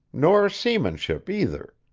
nor seamanship, either.